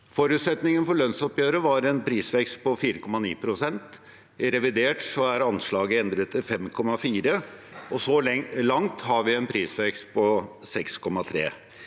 Forutsetningen for lønnsoppgjøret var en prisvekst på 4,9 pst. I revidert budsjett er anslaget endret til 5,4 pst., og så langt har vi en prisvekst på 6,3 pst.